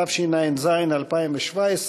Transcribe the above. התשע"ז 2017,